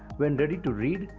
when ready to read,